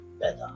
better